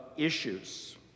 issues